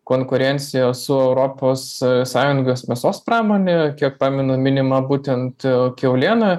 konkurenciją su europos sąjungos mėsos pramone kiek pamenu minima būtent kiauliena